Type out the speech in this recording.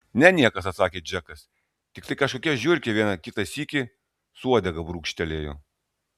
ne niekas atsakė džekas tiktai kažkokia žiurkė vieną kitą sykį su uodega brūkštelėjo